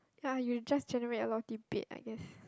ya you just generate a lot of debate I guess